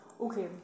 Okay